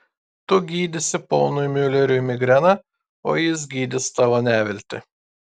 tu gydysi ponui miuleriui migreną o jis gydys tavo neviltį